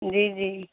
جی جی